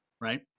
right